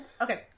Okay